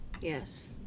Yes